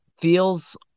feels –